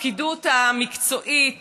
הפקידות המקצועית,